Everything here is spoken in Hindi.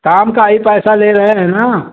काम का ही पैसा ले रहे हैं ना